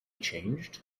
changed